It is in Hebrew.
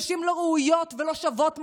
נשים לא ראויות ולא שוות מספיק.